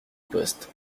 poste